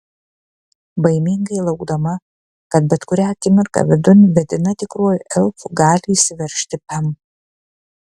baimingai laukdama kad bet kurią akimirką vidun vedina tikruoju elfu gali įsiveržti pem